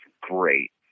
great